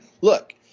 look